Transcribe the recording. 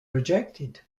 rejected